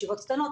ישיבות קטנות,